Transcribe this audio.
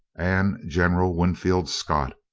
and general winfield scott,